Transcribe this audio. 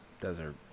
desert